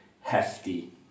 hefty